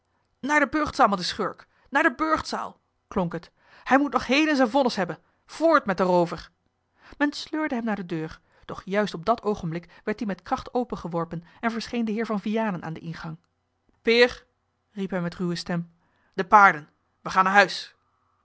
naar de burchtzaal met den schurk naar de burchtzaal klonk het hij moet nog heden zijn vonnis hebben voort met den roover men sleurde hem naar de deur doch juist op dat oogenblik werd die met kracht opengeworpen en verscheen de heer van vianen aan den ingang peer riep hij met ruwe stem de paarden we gaan naar huis